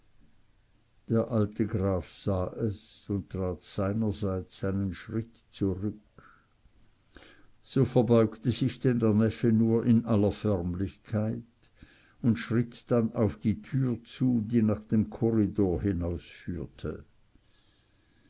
der alte graf sah es und trat seinerseits einen schritt zurück so verbeugte sich denn der neffe nur in aller förmlichkeit und schritt dann auf die tür zu die nach dem korridor